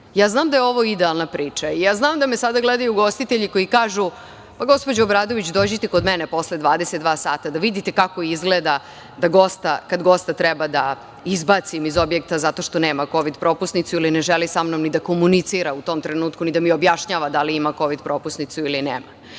da je ovo idealna priča i znam da me sada gledaju ugostitelji koji kažu – gospođo Obradović, dođite kod mene posle 22.00 sata da vidite kako izgleda kada gosta treba da izbacim iz objekta zato što nema kovid propusnicu ili ne želi sa mnom ni da komunicira u tom trenutku niti da mi objašnjava da li ima kovid propusnicu ili nema.